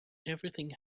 everything